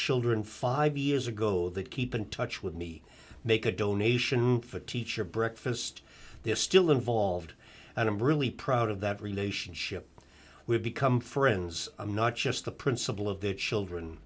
children five years ago that keep in touch with me make a donation for teacher breakfast they're still involved and i'm really proud of that relationship we've become friends i'm not just the principal of the children